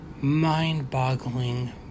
mind-boggling